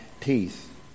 teeth